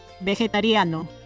vegetariano